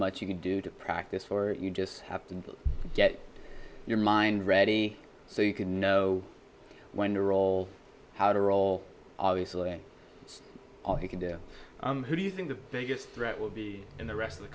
much you can do to practice for you just have to get your mind ready so you can know when to roll how to roll obviously it's all you can do who do you think the biggest threat will be in the rest of the